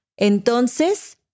Entonces